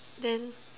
then